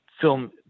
film